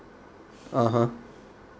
(uh huh)